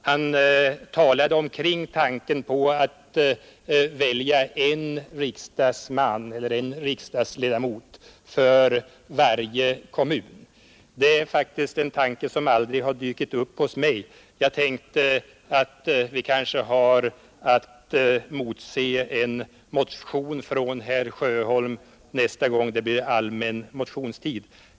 Han talade om möjligheten att välja en riksdagsledamot för varje kommun, en tanke som faktiskt aldrig har dykt upp hos mig. Vi kanske har att motse en motion från herr Sjöholm nästa gång det blir allmän motionstid.